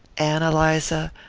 ann eliza,